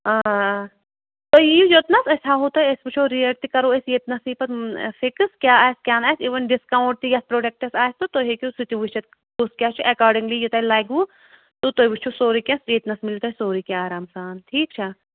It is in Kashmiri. تُہۍ یی یِو یوٚتنَس أسۍ ہاوہو تۄہہِ أسۍ وٕچھو ریٹ تہِ کَرو أسۍ ییٚتنَسٕے پَتہٕ فِکٕس کیٛاہ آسہِ کیٛاہ نہٕ آسہِ اِوٕن ڈِسکاوُنٛٹ تہِ یَتھ پرٛوڈَکٹَس آسہِ تہٕ تُہۍ ہیٚکِو سُہ تہِ وٕچھِتھ کُس کیٛاہ چھِ ایکاڈِنٛگلی یہِ تۄہہِ لَگہِ وُ تہٕ تُہۍ وٕچھُو سورُے کینٛہہ ییٚتہِ نَس مِلہِ تۄہہِ سورُے کینٛہہ آرام سان ٹھیٖک چھا